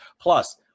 Plus